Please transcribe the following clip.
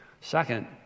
Second